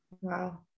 Wow